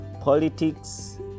politics